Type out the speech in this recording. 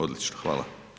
Odlično hvala.